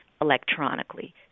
electronically